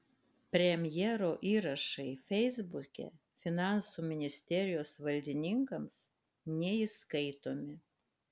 premjero įrašai feisbuke finansų ministerijos valdininkams neįskaitomi